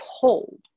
told